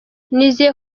nizeye